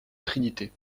trinité